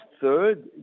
third